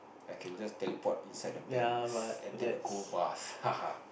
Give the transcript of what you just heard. I can just teleport inside the banks and take the gold bars haha